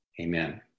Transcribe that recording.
Amen